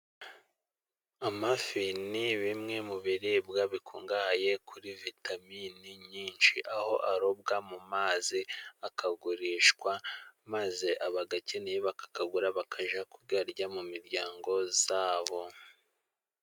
Amafi ni bimwe mu biribwa bikungahaye kuri vitamine nyinshi, aho arobwa mu mazi, akagurishwa, maze abayakeneye bakayagura bakajya kuyarya mu miryango yabo.